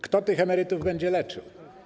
Kto tych emerytów będzie leczył?